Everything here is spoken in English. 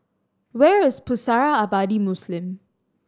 where is Pusara Abadi Muslim